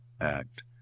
act